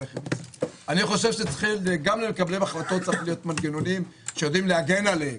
גם למקבלי החלטות צריכים להיות מנגנונים שיודעים להגן עליהם.